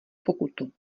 pokutu